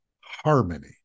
harmony